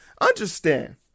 understand